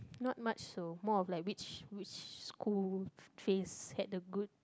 not much so more of like which which school trends have the good